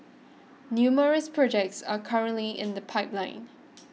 numerous projects are currently in the pipeline